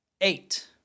eight